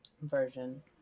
version